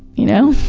you know?